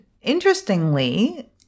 interestingly